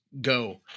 go